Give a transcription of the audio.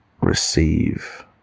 receive